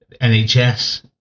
NHS